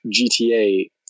GTA